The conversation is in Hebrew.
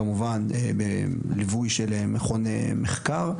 כמובן בליווי של מכון מחקר,